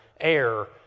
air